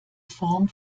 form